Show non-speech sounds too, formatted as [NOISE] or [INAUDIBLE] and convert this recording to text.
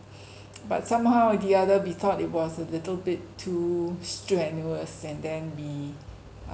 [BREATH] but somehow or the other we thought it was a little bit too strenuous and then we